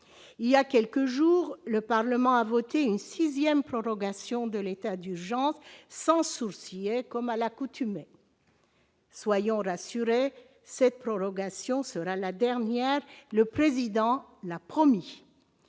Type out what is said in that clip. Il y a quelques jours, le Parlement a voté une sixième prorogation de l'état d'urgence sans sourciller, comme à l'accoutumée. Soyons rassurés, cette prorogation sera la dernière, le président l'a promis